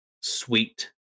sweet